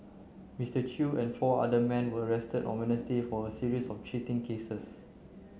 Mister Chew and four other men were arrested on Wednesday for a series of cheating cases